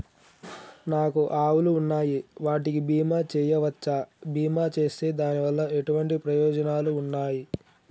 నాకు ఆవులు ఉన్నాయి వాటికి బీమా చెయ్యవచ్చా? బీమా చేస్తే దాని వల్ల ఎటువంటి ప్రయోజనాలు ఉన్నాయి?